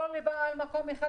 לא לבעל מקום אחד,